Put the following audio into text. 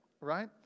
right